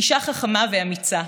אישה חכמה ואמיצה,